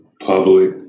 Public